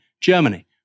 Germany